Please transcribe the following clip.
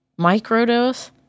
Microdose